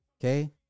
okay